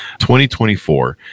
2024